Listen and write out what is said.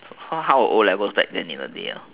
how how was o-levels back then in the day